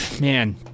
man